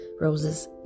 roses